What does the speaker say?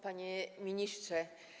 Panie Ministrze!